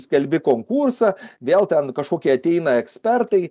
skelbi konkursą vėl ten kažkokie ateina ekspertai